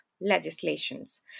legislations